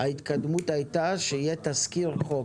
ההתקדמות היתה שיהיה תזכיר חוק.